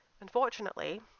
Unfortunately